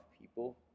people